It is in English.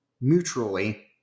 mutually